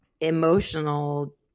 emotional